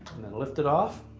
and then lift it off.